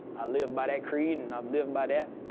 i live by that creed. and i've lived by that